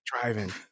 driving